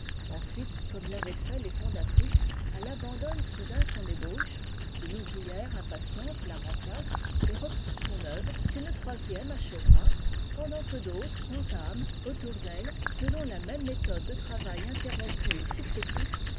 ensuite comme l'avaient fait les fondatrices elle abandonne soudain son ébauche une ouvrière impatiente la remplace et reprend son œuvre qu'une troisième achèvera pendant que d'autres entament autour d'elles selon la même méthode de travail interrompu et successif